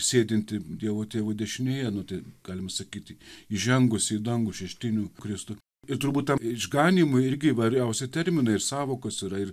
sėdintį dievo tėvo dešinėje nu tai galim sakyti įžengusį į dangų šeštinių kristų ir turbūt tam išganymui irgi įvairiausi terminai ir sąvokos yra ir